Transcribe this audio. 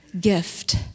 gift